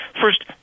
first